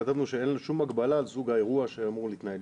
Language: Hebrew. כתבנו שאין שום הגבלה על סוג האירוע שאמור להתנהל,